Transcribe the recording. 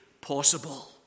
possible